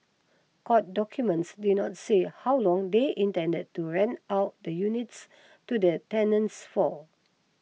court documents did not say how long they intended to rent out the units to the tenants for